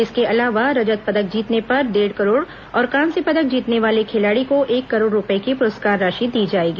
इसके अलावा रजत पदक जीतने पर डेढ़ करोड़ और कांस्य पदक जीतने वाले खिलाड़ी को एक करोड़ रूपये की पुरस्कार राशि दी जाएगी